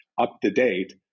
up-to-date